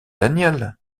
danielle